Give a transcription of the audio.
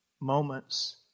moments